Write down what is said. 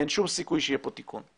אין שום סיכוי שיהיה פה תיקון.